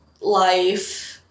life